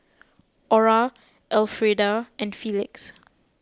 Orah Elfrieda and Felix